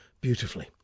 beautifully